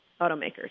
automakers